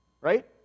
right